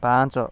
ପାଞ୍ଚ